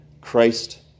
Christ